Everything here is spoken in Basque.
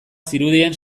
zirudien